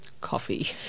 Coffee